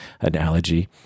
analogy